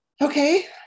Okay